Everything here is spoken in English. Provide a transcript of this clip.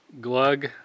Glug